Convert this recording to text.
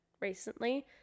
recently